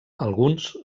alguns